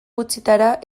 gutxitara